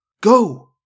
Go